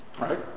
right